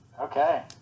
Okay